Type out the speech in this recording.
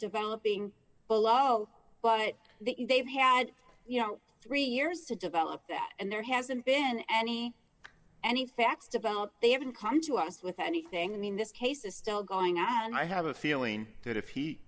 developing below but that you they've had you know three years to develop that and there hasn't been any anything that's about they haven't come to us with anything i mean this case is still going on and i have a feeling that if he